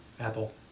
Apple